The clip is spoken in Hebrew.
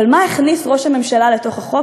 אבל מה הכניס ראש הממשלה לתוך החוק?